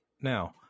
now